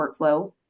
workflow